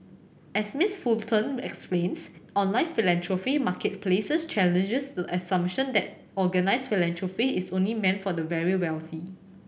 as Miss Fulton explains online philanthropy marketplaces challenge the assumption that organised philanthropy is only meant for the very wealthy